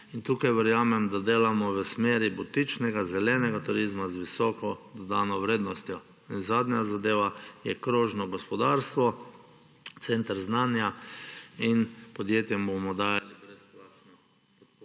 tukaj verjamem, da delamo v smeri butičnega, zelenega turizma z visoko dodano vrednostjo. In zadnja zadeva je krožno gospodarstvo, center znanja. In podjetjem bomo dajali brezplačno podporo